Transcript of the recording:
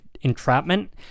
entrapment